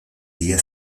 día